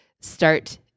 start